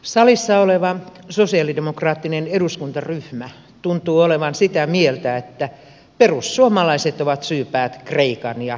salissa oleva sosialidemokraattinen eduskuntaryhmä tuntuu olevan sitä mieltä että perussuomalaiset ovat syypäät kreikan ja euroopan kriisiin